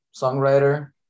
songwriter